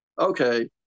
okay